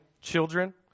children